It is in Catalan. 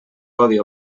codi